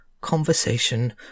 conversation